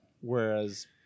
Whereas